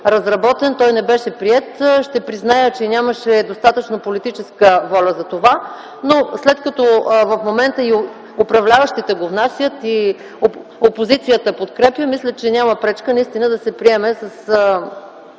не беше приет. Ще призная, че нямаше достатъчно политическа воля за това, но след като в момента и управляващите го внасят, и опозицията подкрепя, мисля, че няма пречка да се приеме с